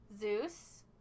Zeus